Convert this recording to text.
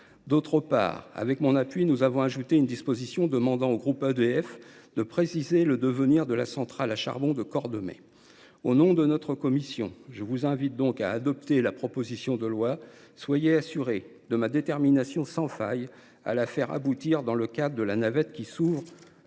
D’autre part, avec mon appui, nous avons ajouté une disposition demandant au groupe EDF de préciser le devenir de la centrale à charbon de Cordemais. Au nom de notre commission, je vous invite donc à adopter cette proposition de loi. Soyez assurés de ma détermination sans faille à la faire aboutir dans le cadre de la navette parlementaire